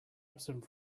absent